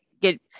get